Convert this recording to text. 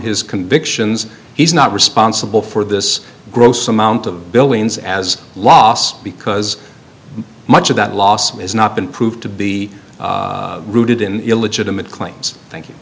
his convictions he's not responsible for this gross amount of buildings as lost because much of that loss has not been proved to be rooted in illegitimate claims thank